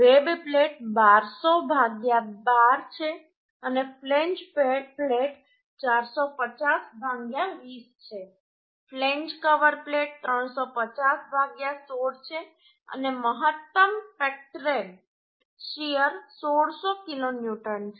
web plate 1200 12 છે અને flange plate 450 20 છે ફ્લેંજ કવર પ્લેટ 350 16 છે અને મહત્તમ ફેક્ટરેડ શીયર 1600 કિલોન્યુટન છે